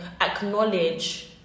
acknowledge